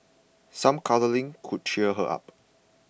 some cuddling could cheer her up